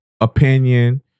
opinion